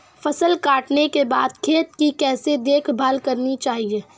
फसल काटने के बाद खेत की कैसे देखभाल करनी चाहिए?